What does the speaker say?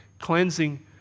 cleansing